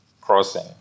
crossing